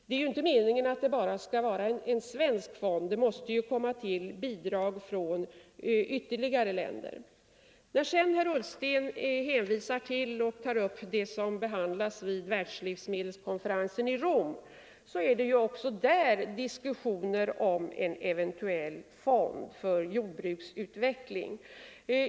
Det är ju inte meningen att det bara skall vara en svensk fond, det måste komma till bidrag från ytterligare länder. Herr Ullsten tar så upp det som behandlas vid världslivsmedelskonferensen i Rom. Också där förs det diskussioner om en eventuell fond för jordbruksutveckling.